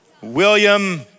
William